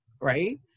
right